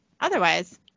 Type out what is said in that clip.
Otherwise